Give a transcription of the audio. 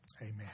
amen